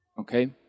okay